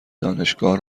دانشگاه